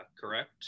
correct